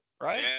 right